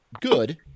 good